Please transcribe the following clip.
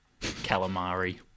calamari